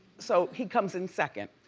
so he comes in second.